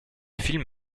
film